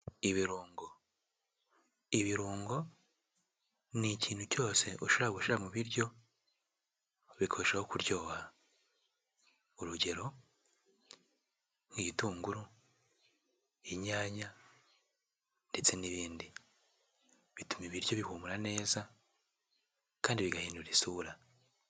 Ibirungo, ibirungo ni ikintu cyose ushobora gushyira mu biryo, bikarushaho kuryoha, urugero nk'igitunguru, inyanya ndetse n'ibindi, bituma ibiryo bihumura neza kandi bigahindura isura.